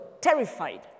terrified